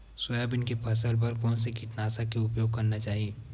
Soybean के फसल बर कोन से कीटनाशक के उपयोग करना चाहि?